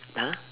!huh!